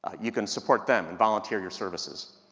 ah you can support them and volunteer your services.